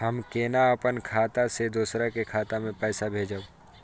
हम केना अपन खाता से दोसर के खाता में पैसा भेजब?